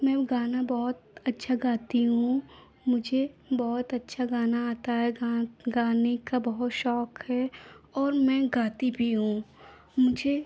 मैं गाना बहुत अच्छा गाती हूँ मुझे बहुत अच्छा गाना आता है गाने का बहुत शौक है और मैं गाती भी हूँ मुझे